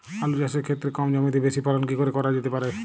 আলু চাষের ক্ষেত্রে কম জমিতে বেশি ফলন কি করে করা যেতে পারে?